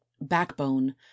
backbone